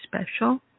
special